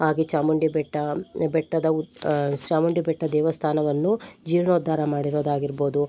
ಹಾಗೆ ಚಾಮುಂಡಿ ಬೆಟ್ಟ ಬೆಟ್ಟದ ಉದ್ ಚಾಮುಂಡಿ ಬೆಟ್ಟ ದೇವಸ್ಥಾನವನ್ನು ಜೀರ್ಣೋದ್ಧಾರ ಮಾಡಿರೋದಾಗಿರ್ಬೋದು